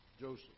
Joseph